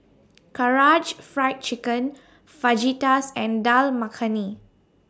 Karaage Fried Chicken Fajitas and Dal Makhani